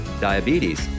diabetes